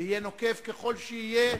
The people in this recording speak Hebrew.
ויהיה נוקב ככל שיהיה,